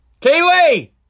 Kaylee